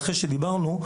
ואחרי שדיברנו,